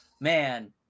man